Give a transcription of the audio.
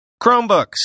Chromebooks